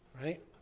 Right